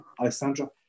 Alessandra